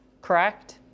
correct